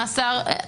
המאסר,